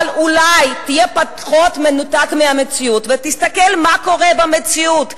אבל אולי תהיה פחות מנותק מהמציאות ותסתכל מה קורה במציאות.